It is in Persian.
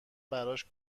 براش